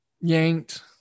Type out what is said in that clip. yanked